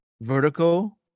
vertical